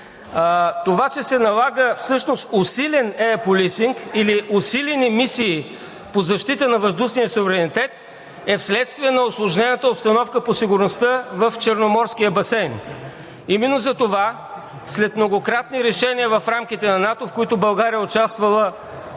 Това, че се налага всъщност усилен Air Policing или усилени мисии по защита на въздушния суверенитет, е вследствие на усложнената обстановка по сигурността в Черноморския басейн. Именно затова след многократни решения в рамките на НАТО, в които България е участвала